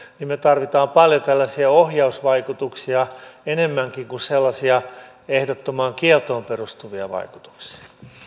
niin me tarvitsemme paljon enemmän tällaisia ohjausvaikutuksia kuin sellaisia ehdottomaan kieltoon perustuvia vaikutuksia